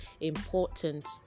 important